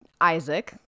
Isaac